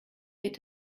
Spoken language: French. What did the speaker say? est